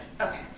Okay